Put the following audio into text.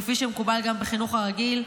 כפי שמקובל גם בחינוך הרגיל,